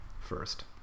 first